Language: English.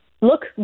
look